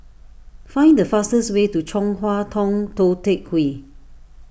find the fastest way to Chong Hua Tong Tou Teck Hwee